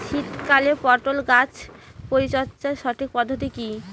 শীতকালে পটল গাছ পরিচর্যার সঠিক পদ্ধতি কী?